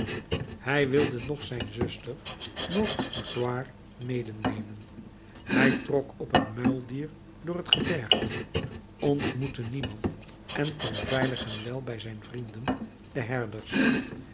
hij wilde noch zijn zuster noch magloire medenemen hij trok op een muildier door het gebergte ontmoette niemand en kwam veilig en wel bij zijn vrienden de herders